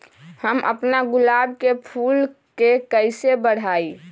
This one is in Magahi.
हम अपना गुलाब के फूल के कईसे बढ़ाई?